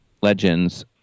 legends